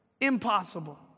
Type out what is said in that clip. Impossible